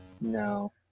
no